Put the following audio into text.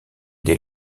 dès